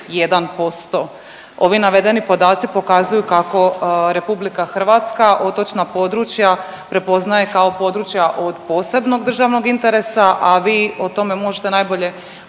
19,1%. Ovi navedeni podaci pokazuju kako RH otočna područja prepoznaje kao područja od posebnog državnog interesa, a vi o tome možete najbolje